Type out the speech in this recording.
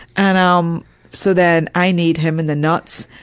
and, um so then, i kneed him in the nuts,